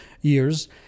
years